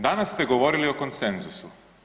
Danas ste govorili o konsenzusu.